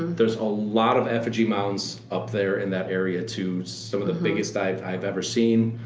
there's a lot of effigy mounds up there in that area too. some of the biggest i've i've ever seen.